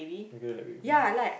I get that baby